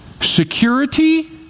Security